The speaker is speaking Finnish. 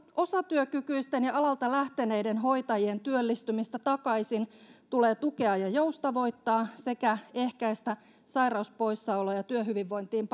osatyökykyisten ja alalta lähteneiden hoitajien työllistymistä takaisin tulee tukea ja joustavoittaa sekä ehkäistä sairauspoissaoloja työhyvinvointiin